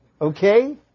Okay